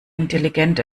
intelligent